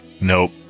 Nope